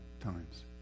times